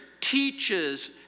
teaches